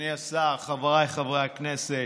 אדוני השר, חבריי חברי הכנסת,